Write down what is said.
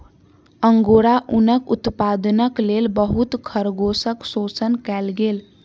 angora ऊनक उत्पादनक लेल बहुत खरगोशक शोषण कएल गेल